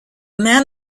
men